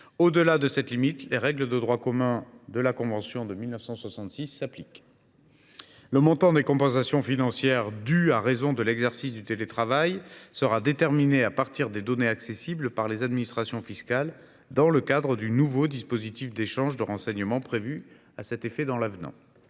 Au delà de cette limite, les règles de droit commun de la convention de 1966 s’appliquent. Le montant des compensations financières dues à raison de l’exercice du télétravail sera déterminé à partir des données accessibles par les administrations fiscales dans le cadre du nouveau dispositif d’échange de renseignements prévu à cet effet dans l’avenant.